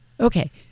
Okay